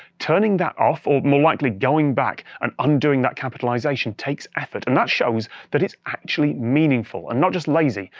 turning that off or, more likely, going back and undoing that capitalization takes effort, and that shows that it's actually meaningful and not just lazy.